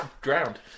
drowned